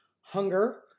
hunger